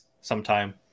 sometime